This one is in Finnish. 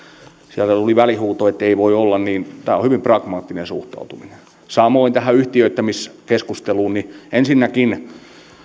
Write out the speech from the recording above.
sieltä tuli välihuuto ettei voi olla niin tämä on hyvin pragmaattinen suhtautuminen samoin tähän yhtiöittämiskeskusteluun ensinnäkin